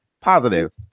positive